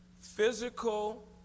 physical